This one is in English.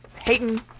Hayden